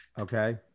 okay